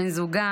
בן הזוג,